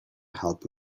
help